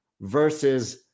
versus